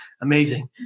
Amazing